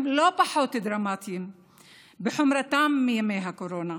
לא פחות דרמטיים בחומרתם מימי הקורונה,